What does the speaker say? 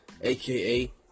aka